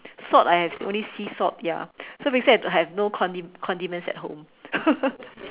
salt I have only sea salt ya so basically I don't have have no condiments at home